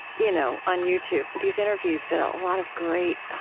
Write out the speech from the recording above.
you know on youtube, these interviews that a lot of great,